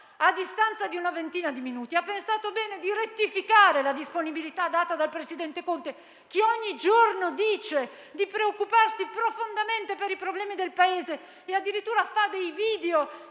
a distanza di una ventina di minuti, ha pensato bene di rettificare la sua disponibilità; la disponibilità data dal presidente Conte che, ogni giorno, dice di preoccuparsi profondamente per i problemi del Paese e addirittura fa dei video